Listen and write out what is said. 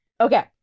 Okay